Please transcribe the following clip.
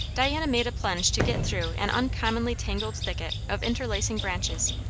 diana made a plunge to get through an uncommonly tangled thicket of interlacing branches,